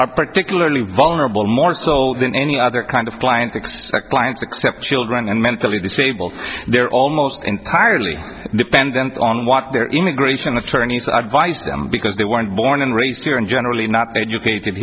are particularly vulnerable more so than any other kind of client expect clients except children and mentally disabled they're almost entirely dependent on what their immigration attorneys advise them because they weren't born and raised here and generally not educated